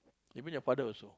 you mean your father also